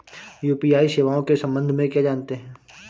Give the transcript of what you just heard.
UPI सेवाओं के संबंध में क्या जानते हैं?